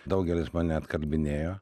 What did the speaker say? daugelis mane atkalbinėjo